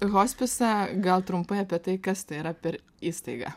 hospisą gal trumpai apie tai kas tai yra per įstaiga